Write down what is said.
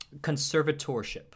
Conservatorship